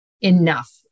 enough